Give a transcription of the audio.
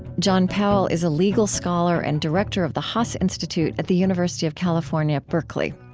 john powell is a legal scholar and director of the haas institute at the university of california, berkeley.